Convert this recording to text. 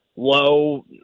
low